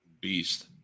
beast